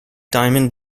diamond